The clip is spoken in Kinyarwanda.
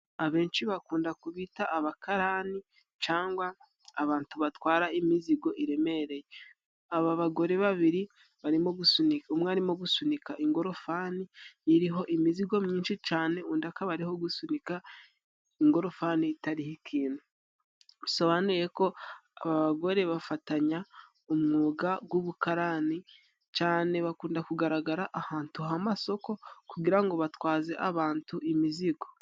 Abenshi bakunda kubita abakarani cangwa abantu batwara imizigo iremereye. Aba bagore babiri, barimo gusunika umwe arimo gusunika ingorofani iriho imizigo myinshi cane, undi akaba ariho gusunika ingorofani itariho ikintu. Bisobanuye ko aba bagore bafatanya umwuga g'ubukarani, cane bakunda kugaragara ahantu h'amasoko kugira ngo batwaze abantu imizigo.